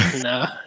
no